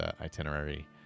itinerary